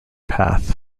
path